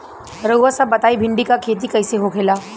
रउआ सभ बताई भिंडी क खेती कईसे होखेला?